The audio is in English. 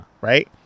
Right